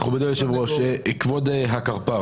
מכובדי יושב הראש, כבוד הקרפ"ר.